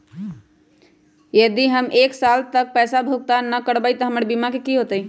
यदि हम एक साल तक पैसा भुगतान न कवै त हमर बीमा के की होतै?